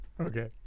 Okay